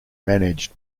managed